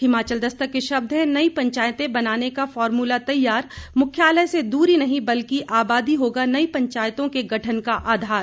हिमाचल दस्तक के शब्द हैं नई पंचायतें बनाने का फार्मूला तैयार मुख्यालय से दूरी नहीं बल्कि आबादी होगा नई पंचायतों के गठन का आधार